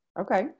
Okay